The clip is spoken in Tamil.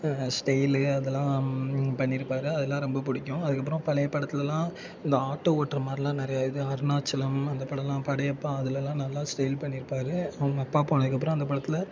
ஸ்டைலு அதெல்லாம் பண்ணியிருப்பாரு அதெலாம் ரொம்ப பிடிக்கும் அதுக்கப்புறம் பழைய படத்திலலாம் இந்த ஆட்டோ ஓட்டுறமாரிலாம் நிறையா இது அருணாச்சலம் அந்த படம்லாம் படையப்பா அதிலலாம் நல்லா ஸ்டைல் பண்ணியிருப்பாரு அவங்க அப்பா போனதுக்கப்புறம் அந்த படத்தில்